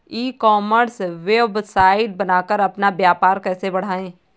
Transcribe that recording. ई commerce website बनाकर अपना व्यापार कैसे बढ़ाएँ?